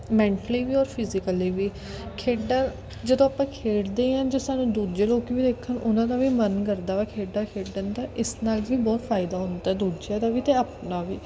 mentally ਵੀ ਔਰ physically ਵੀ ਖੇਡਾਂ ਜਦੋਂ ਆਪਾਂ ਖੇਡਦੇ ਹੈ ਜੇ ਸਾਨੂੰ ਦੂਜੇ ਲੋਕ ਵੀ ਦੇਖਣ ਉਹਨਾਂ ਦਾ ਵੀ ਮਨ ਕਰਦਾ ਵਾ ਖੇਡਾਂ ਖੇਡਣ ਦਾ ਇਸ ਨਾਲ ਵੀ ਬਹੁਤ ਫ਼ਾਇਦਾ ਹੁੰਦਾ ਦੂਜਿਆਂ ਦਾ ਵੀ ਅਤੇ ਆਪਣਾ ਵੀ